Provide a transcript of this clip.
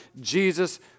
Jesus